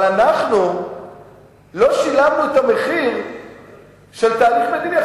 אנחנו לא שילמנו את המחיר של תהליך מדיני.